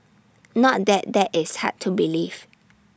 not that that is hard to believe